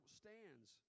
stands